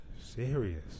Serious